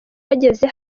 bageze